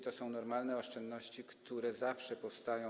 To są normalne oszczędności, które zawsze powstają.